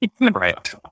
Right